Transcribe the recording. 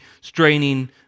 straining